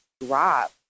drop